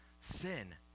sin